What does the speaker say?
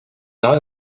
not